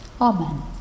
Amen